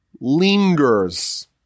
lingers